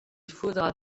faudra